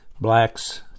Blacks